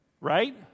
Right